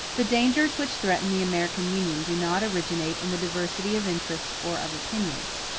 the dangers which threaten the american union do not originate in the diversity of interests or of opinions,